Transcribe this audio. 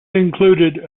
included